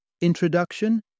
Introduction